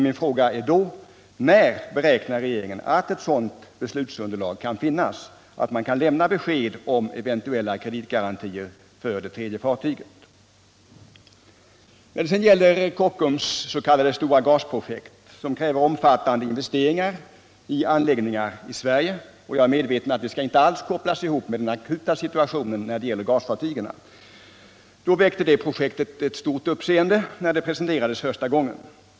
Min fråga är då: När beräknar regeringen att ett sådant beslutsunderlag kan finnas att man kan lämna besked om eventuella kreditgarantier för det tredje fartyget? Kockums s.k. stora gasprojekt, som kräver omfattande investeringar i anläggningar i Sverige - jag är medveten om att det inte alls kan kopplas ihop med den akuta situationen i fråga om gasfartyg — väckte stort uppseende när det presenterades första gången.